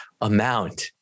amount